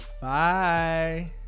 bye